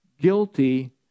guilty